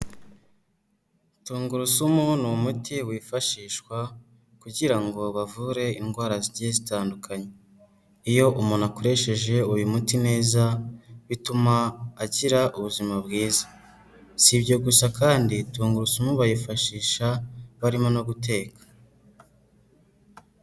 Tungurusumu ni umuti wifashishwa kugira ngo bavure indwara zigiye zitandukanye. Iyo umuntu akoresheje uyu muti neza, bituma agira ubuzima bwiza. Si ibyo gusa kandi tungurusumu bayifashisha barimo no guteka.